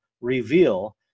reveal